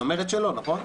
היא אומרת שלא, נכון?